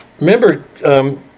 Remember